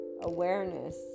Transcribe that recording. awareness